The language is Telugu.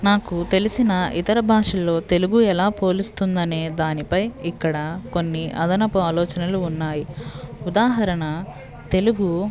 నాకు తెలిసిన ఇతర భాషల్లో తెలుగు ఎలా పోలుస్తుంది అనే దానిపై ఇక్కడ కొన్ని అదనపు ఆలోచనలు ఉన్నాయి ఉదాహరణ తెలుగు